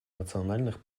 национальных